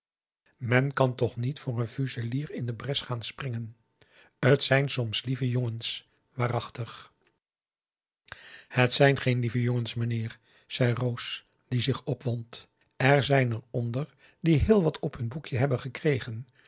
men kan toch niet voor een fuselier in de bres gaan springen t zijn soms lieve jongens waarachtig het zijn geen lieve jongens meneer zei roos die zich opwond er zijn er onder die heel wat op hun boekje hebben gekregen